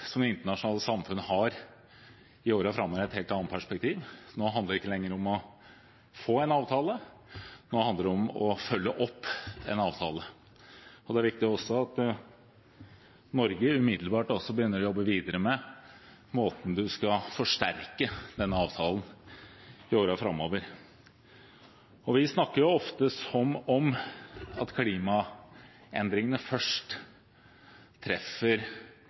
som det internasjonale samfunnet har i årene framover, i et helt annet perspektiv. Nå handler det ikke lenger om å få en avtale, nå handler det om å følge opp en avtale. Det er viktig at også Norge umiddelbart begynner å jobbe videre med måten man skal forsterke denne avtalen på i årene framover. Vi snakker ofte om at klimaendringene først treffer